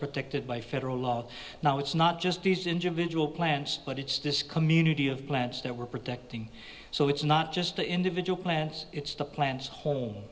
protected by federal law now it's not just these individual plants but it's this community of plants that we're protecting so it's not just the individual plants it's the plants ho